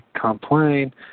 complain